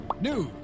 news